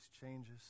changes